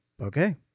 okay